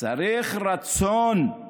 צריך רצון.